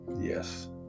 yes